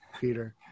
Peter